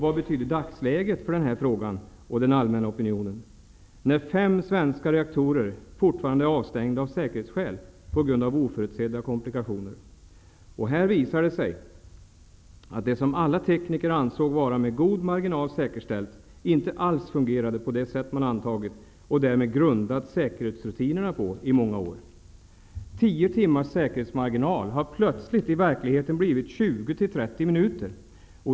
Vad betyder dagsläget för den här frågan, och vad betyder den allmänna opinionen? Fem svenska reaktorer är fortfarande avstängda av säkerhetsskäl på grund av oförutsedda komplikationer. Här visar det sig att det som alla tekniker ansåg vara med god marginal säkerställt, inte alls fungerade på det sätt man antagit. Det hade man även grundat säkerhetsrutinerna på i många år. 10 timmars säkerhetsmarginal har plötsligt i verkligheten blivit 20--30 minuter.